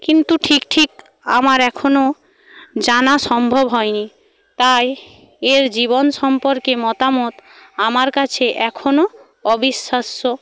কিন্তু ঠিক ঠিক আমার এখনও জানা সম্ভব হয়নি তাই এর জীবন সম্পর্কে মতামত আমার কাছে এখনও অবিশ্বাস্য